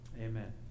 Amen